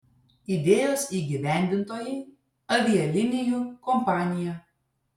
idėjos įgyvendintojai avialinijų kompanija